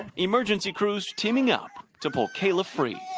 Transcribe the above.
emergency crews teaming up to pull kayla free.